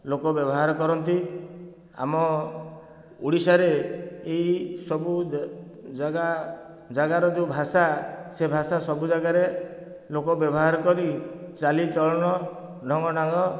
ଲୋକ ବ୍ୟବହାର କରନ୍ତି ଆମ ଓଡ଼ିଶାରେ ଏହି ସବୁ ଜାଗା ଜାଗାର ଯେଉଁ ଭାଷା ସେ ଭାଷା ସବୁ ଜାଗାରେ ଲୋକ ବ୍ୟବହାର କରି ଚାଲି ଚଳଣ ଢଙ୍ଗ ଢାଙ୍ଗ